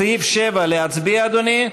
סעיף 7, להצביע, אדוני?